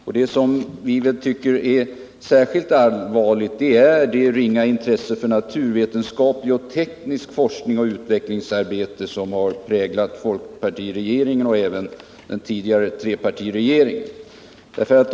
Vad vi tycker är särskilt allvarligt är det ringa intresse för naturvetenskapligt och tekniskt forskningsoch utvecklingsarbete som har präglat folkpartiregeringen och även den tidigare trepartiregeringen.